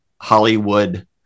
Hollywood